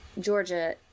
Georgia